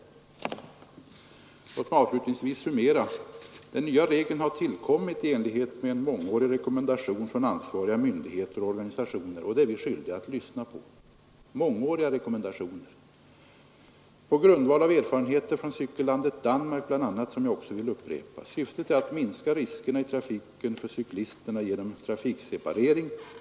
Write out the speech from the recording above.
27 Låt mig avslutningsvis summera: Den nya regeln har tillkommit i enlighet med en mångårig rekommendation från ansvariga myndigheter och organisationer — och sådana rekommendationer är vi skyldiga att lyssna på — på grundval av erfarenheter från bl.a. cykellandet Danmark, vilket jag också vill upprepa. Syftet är att minska riskerna i trafiken för cyklisterna genom trafikseparering.